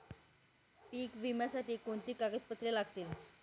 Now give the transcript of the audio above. पीक विम्यासाठी कोणती कागदपत्रे लागतील?